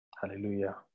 Hallelujah